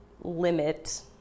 limit